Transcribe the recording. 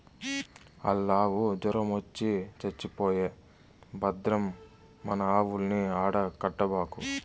ఆల్లావు జొరమొచ్చి చచ్చిపోయే భద్రం మన ఆవుల్ని ఆడ కట్టబాకు